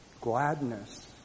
gladness